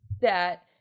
that-